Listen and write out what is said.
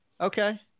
Okay